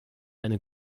eine